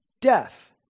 Death